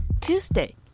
Tuesday